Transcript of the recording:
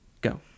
go